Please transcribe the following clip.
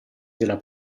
della